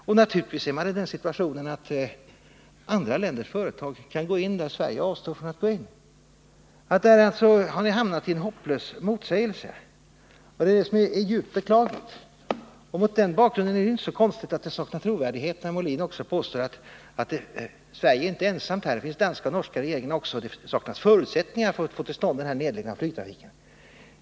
Och naturligtvis är man i den situationen att andra länders företag kan gå in om Sverige avstår från att göra det. Ni har alltså hamnat i en hopplös motsägelse, och det är djupt beklagligt. Mot den bakgrunden är det inte så konstigt att det saknar trovärdighet när Björn Molin också påstår att Sverige inte är ensamt i detta fall, att också de norska och danska regeringarna finns med i bilden och att det saknas förutsättningar att få till stånd en nedläggning av flygtrafiken.